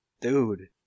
dude